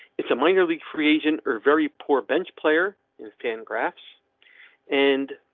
it's a minor league creation or very poor bench player in fangraphs and.